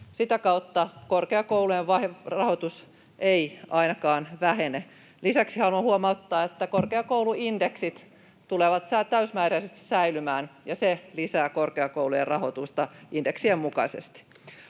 Sitä kautta korkeakoulujen rahoitus ei ainakaan vähene. Lisäksi haluan huomauttaa, että korkeakouluindeksit tulevat täysimääräisesti säilymään ja se lisää korkeakoulujen rahoitusta indeksien mukaisesti.